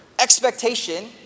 expectation